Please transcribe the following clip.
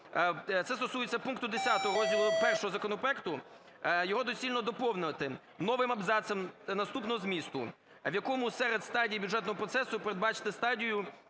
це стосується пункту 10 розділу І законопроекту, його доцільно доповнити новим абзацом наступного змісту: "В якому серед стадій бюджетного процесу передбачити стадію